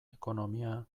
ekonomia